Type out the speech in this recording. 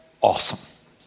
awesome